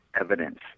evidence